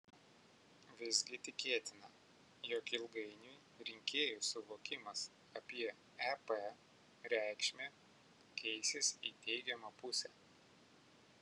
visgi tikėtina jog ilgainiui rinkėjų suvokimas apie ep reikšmę keisis į teigiamą pusę